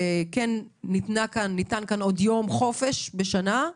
וכן ניתן כאן עוד יום חופש בשנה,